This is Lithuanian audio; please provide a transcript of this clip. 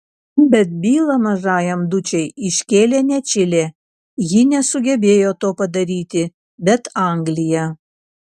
bet bylą mažajam dučei iškėlė ne čilė ji nesugebėjo to padaryti bet anglija